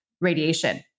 radiation